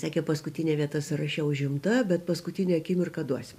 sakė paskutinė vieta sąraše užimta bet paskutinę akimirką duosim